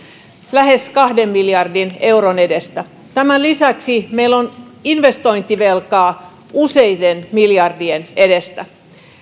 lähes kahden miljardin euron edestä tämän lisäksi meillä on investointivelkaa useiden miljardien edestä